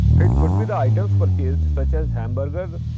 it could be the items purchased, such as hamburger,